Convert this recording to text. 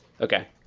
Okay